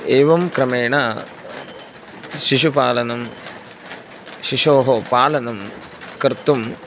एवं क्रमेण शिशुपालनं शिशोः पालनं कर्तुम्